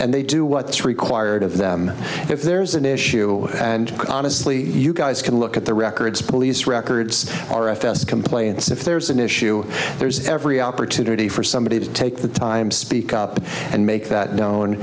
and they do what's required of them if there's an issue and honestly you guys can look at the records police records or fs complaints if there's an issue there's every opportunity for somebody to take the time to speak up and make that known